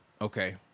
Okay